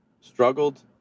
struggled